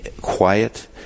quiet